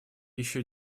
еще